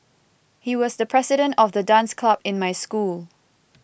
he was the president of the dance club in my school